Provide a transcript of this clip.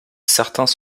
certains